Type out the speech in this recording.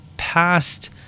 past